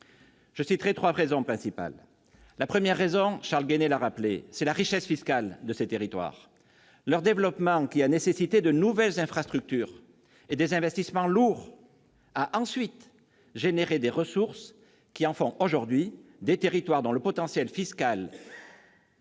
Je citerai trois raisons principales. La première, qui a été rappelée par Charles Guené, tient à la richesse fiscale de ces territoires. Leur développement, qui a nécessité de nouvelles infrastructures et des investissements lourds, a ensuite engendré des ressources qui en font aujourd'hui des territoires dont le potentiel fiscal est